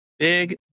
Big